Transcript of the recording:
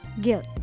guilt